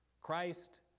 Christ